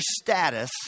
status